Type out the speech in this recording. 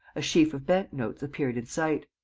a sheaf of banknotes appeared in sight.